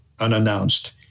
unannounced